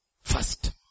first